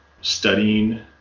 studying